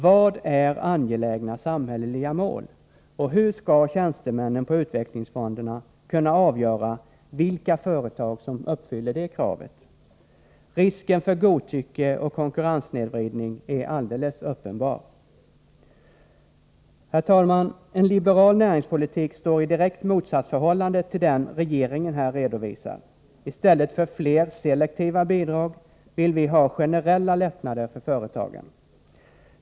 Vad är ”angelägna samhälleliga mål”, och hur skall tjänstemännen på utvecklingsfonderna kunna avgöra vilka företag som uppfyller det kravet? Risken för godtycke och konkurrenssnedvridning är uppenbar. En liberal näringspolitik står i direkt motsatsförhållande till den som regeringen här redovisar. I stället för fler selektiva bidrag vill vi ha generella lättnader för företagen.